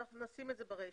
אנחנו נשים את זה ברישה.